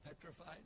petrified